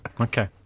Okay